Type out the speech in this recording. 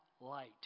light